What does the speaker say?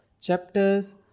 chapters